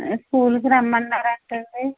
స్కూల్కి రమ్మన్నారు అంట అండి